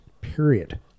period